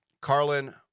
Carlin